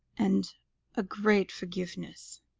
and a great forgiveness.